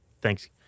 Thanks